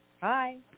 Hi